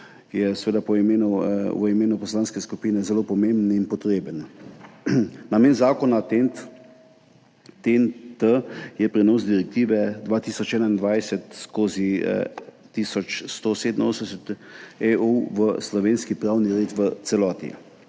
je, v imenu poslanske skupine, zelo pomemben in potreben. Namen zakona TEN-T je prenos direktive 2021/1187 EU v slovenski pravni red v celoti.